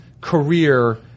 career